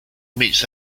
meets